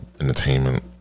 entertainment